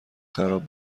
خراب